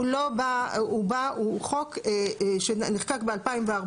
הוא לא בא, הוא בא, הוא חוק שנחקק ב-2014.